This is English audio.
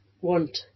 want